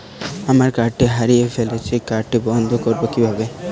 আমার কার্ডটি হারিয়ে ফেলেছি কার্ডটি বন্ধ করব কিভাবে?